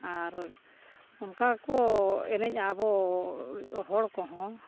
ᱟᱨ ᱚᱱᱠᱟ ᱠᱚ ᱮᱱᱮᱡᱟ ᱟᱵᱚ ᱦᱚᱲ ᱠᱚᱦᱚᱸ